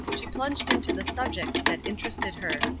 she plunged into the subject that interested her.